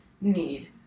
Need